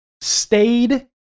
stayed